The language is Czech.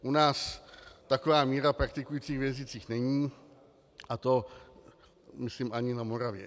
U nás taková míra praktikujících věřících není, a to myslím ani na Moravě.